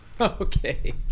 Okay